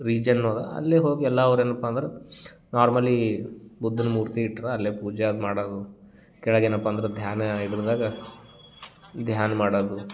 reason ಅದ ಅಲ್ಲೆ ಹೋಗಿ ಎಲ್ಲ ಅವ್ರ ಏನಪ್ಪ ಅಂದ್ರೆ ನಾರ್ಮಲೀ ಬುದ್ಧನ ಮೂರ್ತಿ ಇಟ್ರ ಅಲ್ಲೆ ಪೂಜೆ ಅದು ಮಾಡದು ಕೆಳಗೆ ಏನಪ್ಪ ಅಂದ್ರ ಧ್ಯಾನ ಇದರ್ದಾಗ ಧ್ಯಾನ ಮಾಡದು